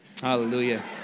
Hallelujah